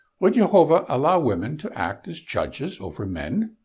would yehovah allow women to act as judges over men?